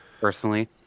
personally